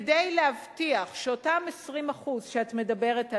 כדי להבטיח שאותם 20% שאת מדברת עליהם,